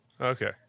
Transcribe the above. Okay